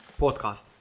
podcast